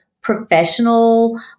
professional